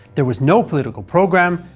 there was no political program,